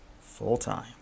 full-time